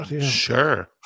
Sure